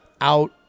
out